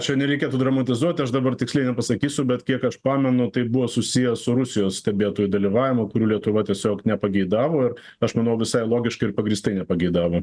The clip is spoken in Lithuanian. čia nereikėtų dramatizuoti aš dabar tiksliai nepasakysiu bet kiek aš pamenu tai buvo susiję su rusijos stebėtojų dalyvavimu kurių lietuva tiesiog nepageidavo ir aš manau visai logiška ir pagrįstai nepageidavo